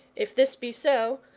if this be so,